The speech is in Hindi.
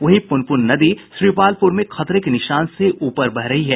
वहीं पुनपुन नदी श्रीपालपुर में खतरे के निशान से ऊपर बह रही है